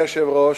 אדוני היושב-ראש,